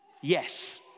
Yes